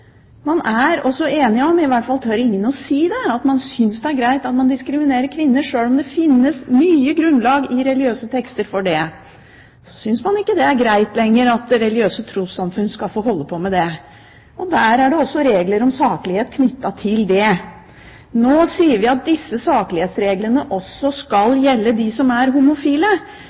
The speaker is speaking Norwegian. Man er også enige om at det ikke er greit lenger at religiøse trossamfunn skal få holde på med diskriminering av kvinner – i hvert fall tør ingen å si at man synes det er greit, sjøl om det finnes mye grunnlag i religiøse tekster for det. Det er også regler om saklighet knyttet til det. Nå sier vi at disse saklighetsreglene også skal gjelde dem som er homofile.